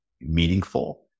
meaningful